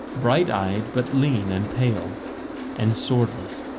bright eyed, but lean and pale and swordless,